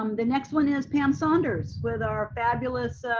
um the next one is pam saunders with our fabulous